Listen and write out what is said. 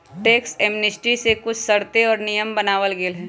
tax amnesty के कुछ शर्तें और नियम बनावल गयले है